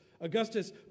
Augustus